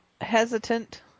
hesitant